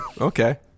okay